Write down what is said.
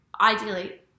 ideally